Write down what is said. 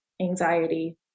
anxiety